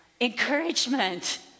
encouragement